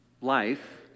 life